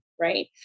right